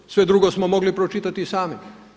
Jer sve drugo smo mogli pročitati i sami.